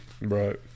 Right